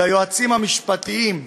ליועצים המשפטיים,